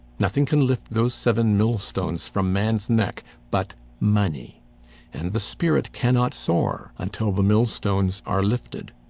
nothing can lift those seven millstones from man's neck but money and the spirit cannot soar until the millstones are lifted.